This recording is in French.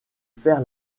faire